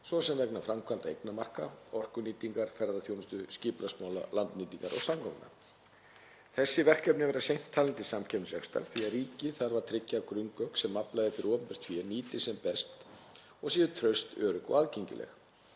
svo sem vegna framkvæmda, eignamarka, orkunýtingar, ferðaþjónustu, skipulagsmála, landnýtingar og samgangna. Þessi verkefni verða seint talin til samkeppnisrekstrar því að ríkið þarf að tryggja að grunngögn sem aflað er fyrir opinbert fé nýtist sem best og séu traust, örugg og aðgengileg.